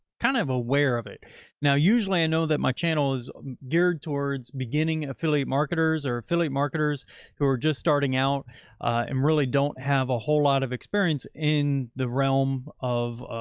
kind of aware of it now, usually i know that my channel is geared towards beginning affiliate marketers or affiliate marketers who are just starting out and um really don't have a whole lot of experience in the realm of,